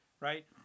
right